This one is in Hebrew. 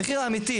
המחיר האמיתי,